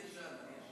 אני ישן.